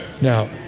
Now